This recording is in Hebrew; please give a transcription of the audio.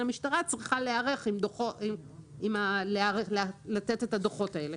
המשטרה צריכים להיערך לתת את הדוחות האלה.